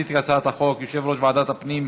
יציג את הצעת החוק יושב-ראש ועדת הפנים